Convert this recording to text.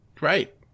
right